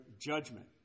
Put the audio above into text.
judgment